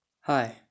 Hi